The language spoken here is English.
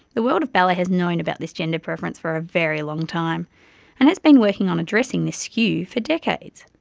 the world of ballet has known about this gender preference for a very long time and has been working on addressing this skew for decades,